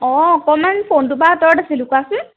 অঁ অকমান ফোনটোৰ পা আঁতৰত আছিলো কোৱাচোন